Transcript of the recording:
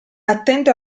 attento